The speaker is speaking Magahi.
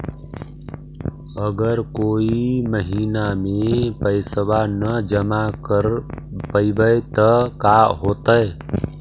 अगर कोई महिना मे पैसबा न जमा कर पईबै त का होतै?